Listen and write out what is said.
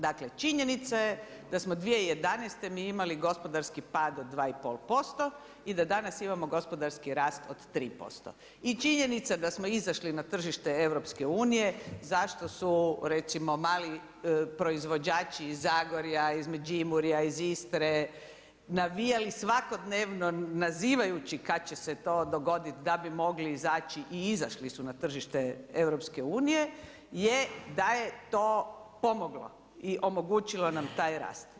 Dakle činjenica je da smo 2011. mi imali gospodarski pad od 2,5% i da danas imamo gospodarski rast od 3% i činjenica da smo izašli na tržište EU zašto su recimo mali proizvođači iz Zagorja, iz Međimurja, iz Istre navijali svakodnevno nazivajući kada će se to dogoditi da bi mogli izaći i izašli su na tržište EU je da je to pomoglo i omogućilo nam taj rast.